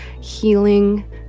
healing